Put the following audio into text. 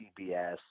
CBS